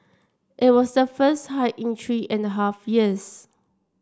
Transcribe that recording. it was the first hike in three and a half years